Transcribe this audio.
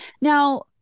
Now